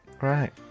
Right